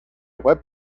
web